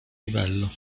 livello